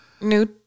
new